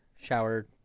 Shower